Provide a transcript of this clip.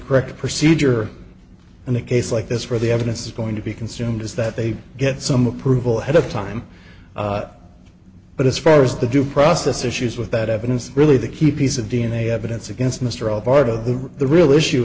correct procedure in a case like this where the evidence is going to be consumed is that they get some approval at a time but as far as the due process issues with that evidence really the key piece of d n a evidence against mr all part of the real issue